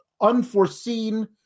unforeseen